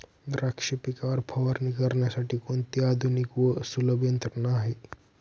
द्राक्ष पिकावर फवारणी करण्यासाठी कोणती आधुनिक व सुलभ यंत्रणा आहे?